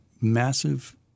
massive